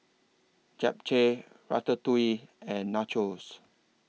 Japchae Ratatouille and Nachos